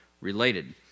related